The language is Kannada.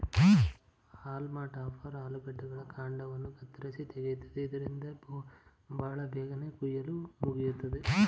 ಹಾಲ್ಮ ಟಾಪರ್ ಆಲೂಗಡ್ಡೆಗಳ ಕಾಂಡವನ್ನು ಕತ್ತರಿಸಿ ತೆಗೆಯುತ್ತದೆ ಇದರಿಂದ ಬಹಳ ಬೇಗನೆ ಕುಯಿಲು ಮುಗಿಯುತ್ತದೆ